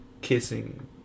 kissing